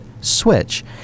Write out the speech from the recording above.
switch